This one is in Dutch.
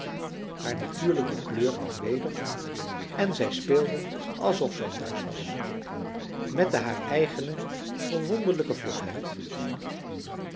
haar natuurlijke kleur kwam weder en zij speelde alsof zij thuis was met de haar eigene verwonderlijke